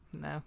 no